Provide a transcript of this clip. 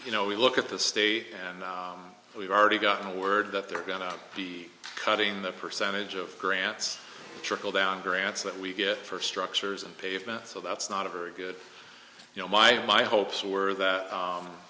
you know we look at the state and we've already gotten word that they're going to be cutting the percentage of grants trickle down grants that we get for structures and pavement so that's not a very good you know my my hopes were that